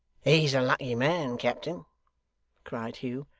he's a lucky man, captain cried hugh.